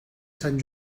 sant